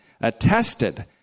attested